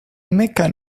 mecca